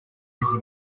busy